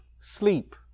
sleep